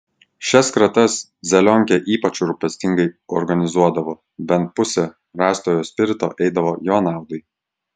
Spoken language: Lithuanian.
šias kratas zelionkė ypač rūpestingai organizuodavo bent pusė rastojo spirito eidavo jo naudai